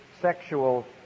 sexual